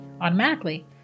automatically